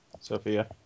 Sophia